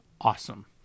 awesome